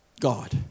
God